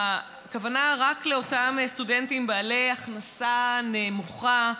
הכוונה רק לאותם סטודנטים בעלי הכנסה נמוכה,